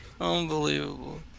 Unbelievable